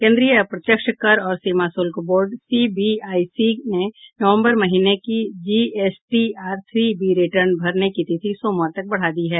केंद्रीय अप्रत्यक्ष कर और सीमा शुल्क बोर्ड सीबीआईसी ने नवंबर महीने की जीएसटीआर थ्री बी रिटर्न भरने की तिथि सोमवार तक बढा दी है